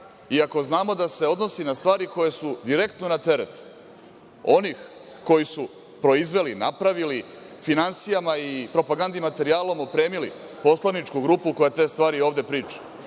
ako znamo da se odnosi na stvari koje su direktno na teret onih koji su proizveli, napravili, finansijama i propagandnim materijalom opremili poslaničku grupu koja te stvari ovde priča